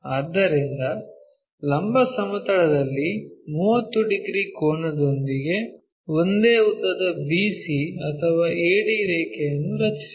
ಆದ್ದರಿಂದ ಲಂಬ ಸಮತಲದಲ್ಲಿ 30 ಡಿಗ್ರಿ ಕೋನದೊಂದಿಗೆ ಒಂದೇ ಉದ್ದದ BC ಅಥವಾ AD ರೇಖೆಯನ್ನು ರಚಿಸಿರಿ